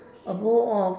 a bowl of